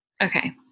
Okay